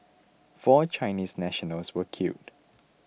four Chinese nationals were killed